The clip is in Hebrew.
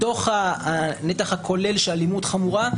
מתוך הנתח הכולל של אלימות חמורה,